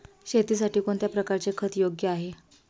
शेतीसाठी कोणत्या प्रकारचे खत योग्य आहे?